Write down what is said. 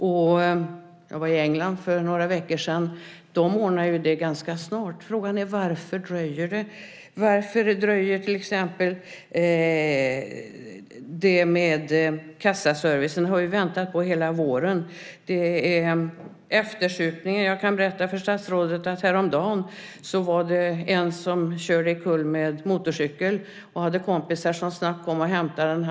Jag var i England för några veckor sedan, och då kunde jag se att de ordnade det ganska snart. Varför dröjer det i Sverige? Detta med kassaservicen har vi väntat på hela våren. Varför dröjer det? Så har vi frågan om eftersupningen. Jag kan berätta för statsrådet att det häromdagen var en person som körde omkull med motorcykel. Han hade kompisar som snabbt kom och hämtade honom.